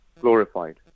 glorified